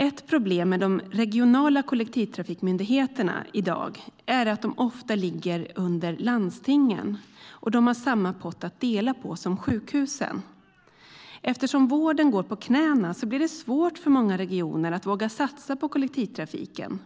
Ett problem med de regionala kollektivtrafikmyndigheterna i dag är att de ofta ligger under landstingen och att de har samma pott som sjukhusen att dela på. Eftersom vården går på knäna blir det svårt för många regioner att våga satsa på kollektivtrafiken,